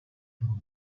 durumda